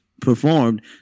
performed